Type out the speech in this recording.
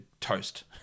Toast